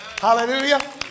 Hallelujah